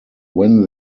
when